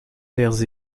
terres